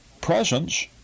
presence